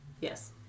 Yes